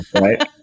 right